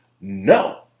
No